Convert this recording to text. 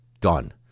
done